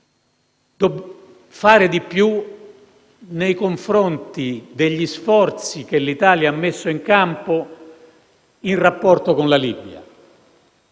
si deve fare di più nei confronti degli sforzi che l'Italia ha messo in campo in rapporto con la Libia.